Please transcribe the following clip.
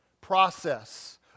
process